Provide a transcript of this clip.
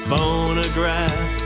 phonograph